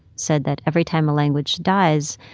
said that every time a language dies,